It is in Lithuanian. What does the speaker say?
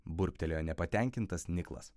burbtelėjo nepatenkintas niklas